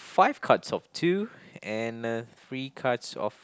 five cards of two and uh three cards of